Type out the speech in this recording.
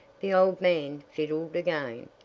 the old man fiddled again,